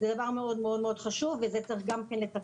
זה דבר מאוד חשוב וגם את זה צריך לתקן.